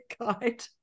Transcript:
guide